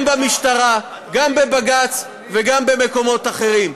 גם במשטרה, גם בבג"ץ וגם במקומות אחרים.